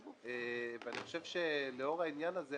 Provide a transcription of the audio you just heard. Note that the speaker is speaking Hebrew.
אני חושב שלאור העניין הזה,